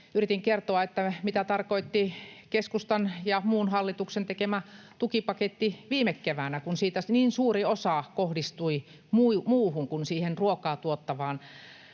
yritin kertoa, mitä tarkoitti keskustan ja muun hallituksen tekemä tukipaketti viime keväänä, kun siitä niin suuri osa kohdistui muuhun kuin siihen ruokaa tuottavaan